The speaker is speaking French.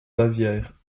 bavière